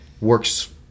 works